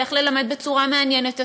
איך ללמד בצורה מעניינת יותר,